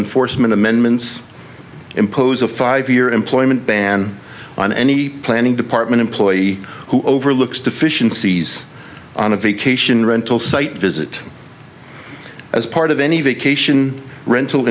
enforcement amendments impose a five year employment ban on any planning department employee who overlooks deficiencies on a vacation rental site visit as part of any vacation rental